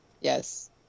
Yes